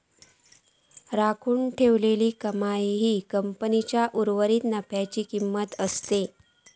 राखून ठेवलेली कमाई ही कंपनीच्या उर्वरीत नफ्याची किंमत असता